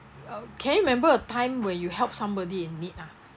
uh can you remember a time where you help somebody in need ah